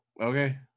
Okay